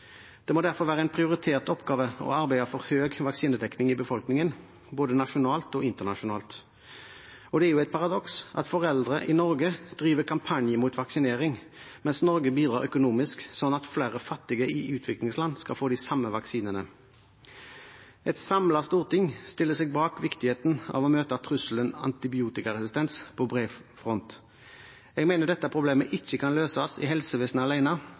Det må derfor være en prioritert oppgave å arbeide for høy vaksinedekning i befolkningen, både nasjonalt og internasjonalt. Det er jo et paradoks at foreldre i Norge driver kampanje mot vaksinering mens Norge bidrar økonomisk slik at flere fattige i utviklingsland skal få de samme vaksinene. Et samlet storting stiller seg bak viktigheten av å møte trusselen antibiotikaresistens på bred front. Jeg mener dette problemet ikke kan løses i helsevesenet